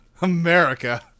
America